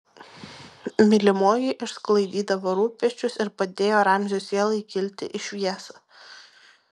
mylimoji išsklaidydavo rūpesčius ir padėjo ramzio sielai kilti į šviesą